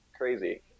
crazy